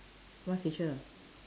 what feature